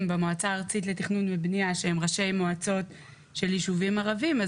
במועצה הארצית לתכנון ובנייה שהם ראשי מועצות של ישובים ערבים,